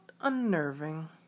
unnerving